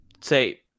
say